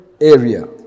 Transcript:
area